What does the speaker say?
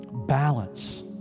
Balance